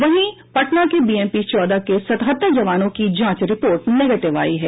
वहीं पटना के बीएमपी चौदह के सतहत्तर जवानों की जांच रिपोर्ट निगेटिव आई है